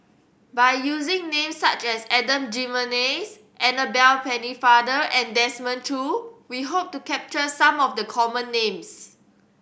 by using names such as Adan Jimenez Annabel Pennefather and Desmond Choo we hope to capture some of the common names